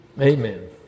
Amen